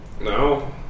no